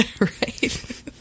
Right